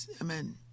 Amen